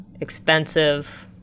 expensive